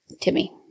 Timmy